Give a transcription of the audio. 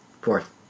Fourth